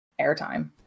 airtime